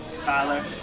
Tyler